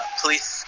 police